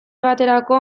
baterako